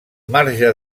marge